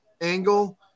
angle